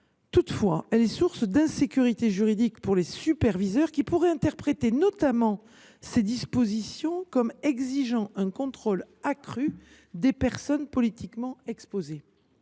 cette disposition est source d’insécurité juridique pour les superviseurs, qui pourraient l’interpréter notamment comme exigeant un contrôle accru des personnes politiquement exposées.